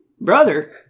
Brother